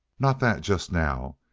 not that just now.